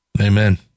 Amen